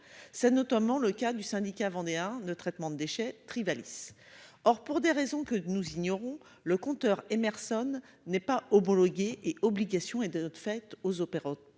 ça notamment le cas du syndicat vendéen de traitement de déchets, tu Rivalis. Or, pour des raisons que nous ignorons le compteur Emerson n'est pas homologué et obligations et de notre fête aux opérant